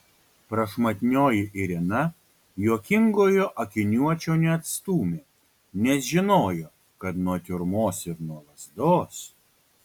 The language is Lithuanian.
prašmatnioji irina juokingojo akiniuočio neatstūmė nes žinojo kad nuo tiurmos ir nuo lazdos